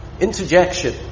interjection